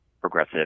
progressive